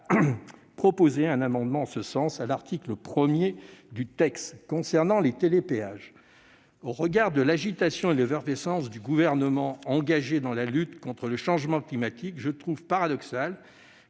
a proposé un amendement en ce sens à l'article 1 du texte. Concernant les télépéages, au regard de l'agitation et de l'effervescence du Gouvernement engagé dans la lutte contre le changement climatique, je trouve paradoxal